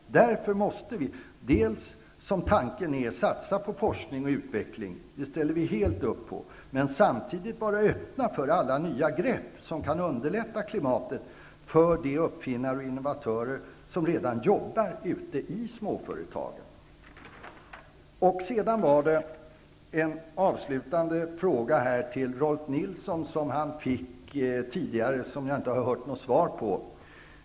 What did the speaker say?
Det är därför som vi måste dels satsa på forskning och utveckling, som tanken är -- det ställer vi helt upp på --, dels vara öppna inför alla nya grepp som kan lätta upp klimatet för de uppfinnare och innovatörer som redan arbetar i småföretag. Jag vill ta upp en avslutande fråga, som ställdes tidigare till Rolf L. Nilson och som jag inte har hört något svar på.